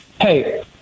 hey –